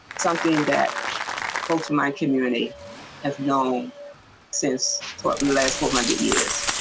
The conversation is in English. something that both my community has known since last one hundred years.